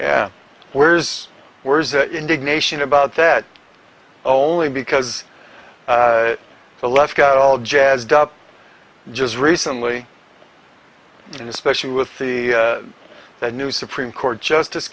where's where's the indignation about that only because the left got all jazzed up just recently and especially with the the new supreme court justice